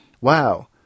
Wow